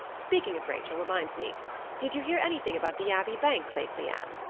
speaking of rachel reminds me did you hear anything about the abbey bank lately, anne?